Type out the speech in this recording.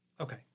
Okay